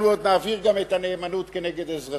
אנחנו עוד נעביר גם את הנאמנות כנגד האזרחות.